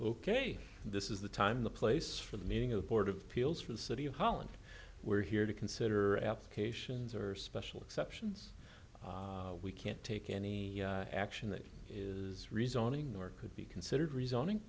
ok this is the time the place for the meeting of board of pills for the city of holland we're here to consider applications or special exceptions we can't take any action that is rezoning or could be considered rezoning